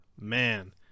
man